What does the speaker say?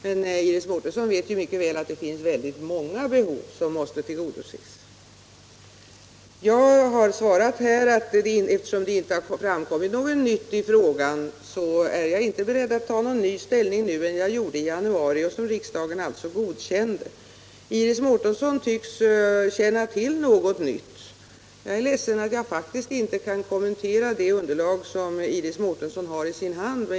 Men Iris Mårtensson vet mycket väl att väldigt många behov måste tillgodoses. Jag har svarat — eftersom det inte framkommit något nytt i frågan — att jag inte är beredd att inta någon annan ståndpunkt än jag gjorde i januari och som riksdagen alltså godkände. Men Iris Mårtensson tycks känna till något nytt. Jag är ledsen att jag inte kan kommentera det underlag som hon har i sin hand.